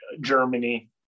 Germany